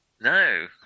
no